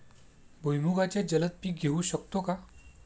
भुईमुगाचे जलद पीक घेऊ शकतो का?